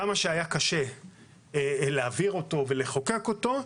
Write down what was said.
כמה שהיה קשה להעביר אותו ולחוקק אותו,